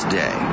day